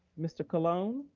mr. colon.